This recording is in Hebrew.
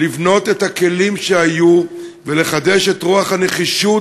לבנות את הכלים שהיו ולחדש את רוח הנחישות